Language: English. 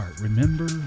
remember